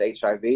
HIV